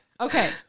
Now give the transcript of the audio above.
Okay